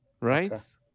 Right